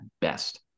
best